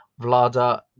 Vlada